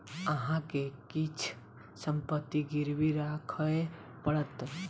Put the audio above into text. अहाँ के किछ संपत्ति गिरवी राखय पड़त